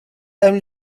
emil